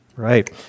Right